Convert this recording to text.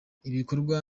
ibikorwa